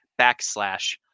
backslash